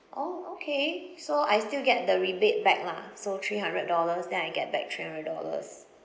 orh okay so I still get the rebate back lah so three hundred dollars then I get back three hundred dollars